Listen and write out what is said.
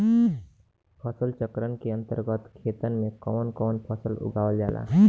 फसल चक्रण के अंतर्गत खेतन में कवन कवन फसल उगावल जाला?